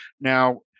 Now